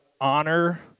honor